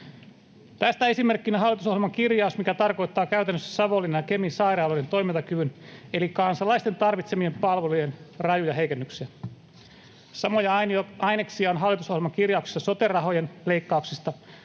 Tästä esimerkkinä on hallitusohjelman kirjaus, mikä tarkoittaa käytännössä Savonlinnan ja Kemin sairaaloiden toimintakyvyn eli kansalaisten tarvitsemien palvelujen rajuja heikennyksiä. Samoja aineksia on hallitusohjelman kirjauksissa sote-rahojen leikkauksesta,